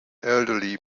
elderly